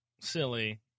Silly